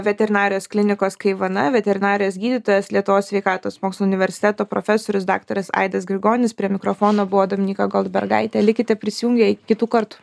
veterinarijos klinikos kaivana veterinarijos gydytojas lietuvos sveikatos mokslų universiteto profesorius daktaras aidas grigonis prie mikrofono buvo dominyka goldbergaitė likite prisijungę iki kitų kartų